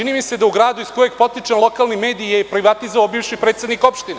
Čini mi se da u gradu iz kojeg potičem lokalne medije je privatizovao bivši predsednik opštine.